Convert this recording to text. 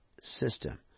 system